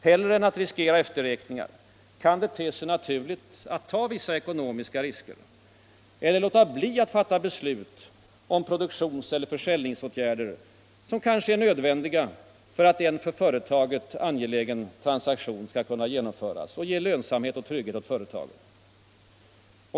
Hellre än att riskera efterräkningar kan man finna det naturligt att ta vissa ekonomiska risker eller att underlåta att fatta beslut om produktionseller försäljningsåtgärder som kanske är nödvändiga för att en för företaget angelägen transaktion skall kunna genomföras och ge lönsamhet och trygghet åt företaget.